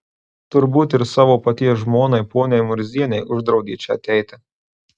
turbūt ir savo paties žmonai poniai murzienei uždraudė čia ateiti